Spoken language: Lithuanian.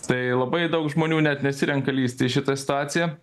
tai labai daug žmonių net nesirenka lįst į šitą situaciją